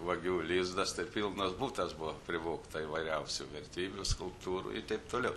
vagių lizdas tai pilnas butas buvo privogta įvairiausių vertybių skulptūrų ir taip toliau